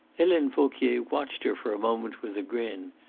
helene vauquier watched her for a moment with a grin,